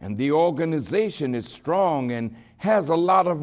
and the organization is strong and has a lot of